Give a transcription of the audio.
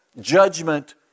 Judgment